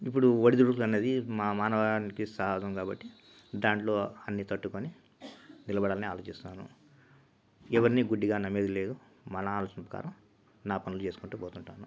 ఇప్పుడు ఒడిదుడుకులనేది మ మానవవాళికి సహజం కాబట్టి దాంట్లో అన్నీ తట్టుకుని నిలబడాలని ఆలోచిస్తున్నాను ఎవరినీ గుడ్డిగా నమ్మేది లేదు మన ఆలోచన ప్రకారం నా పనులు చేసుకుంటూ పోతుంటాను